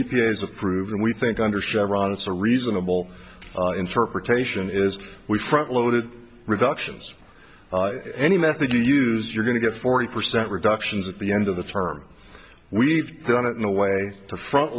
have proven we think under chevron it's a reasonable interpretation is we front loaded reduction is any method you use you're going to get forty percent reductions at the end of the term we've done it in a way to front